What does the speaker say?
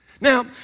Now